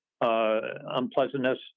unpleasantness